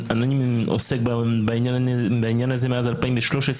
אני עוסק בעניין הזה מאז 2013,